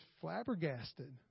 flabbergasted